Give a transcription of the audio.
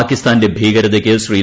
പാകിസ്ഥാന്റെ ഭീകരതയ്ക്ക് ശ്രീ